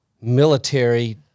military